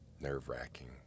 nerve-wracking